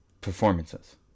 performances